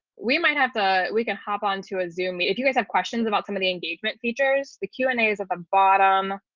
we might have to we can hop on to a zoom. if you guys have questions about some of the engagement features, the q and a's have a bottom.